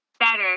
better